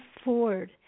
afford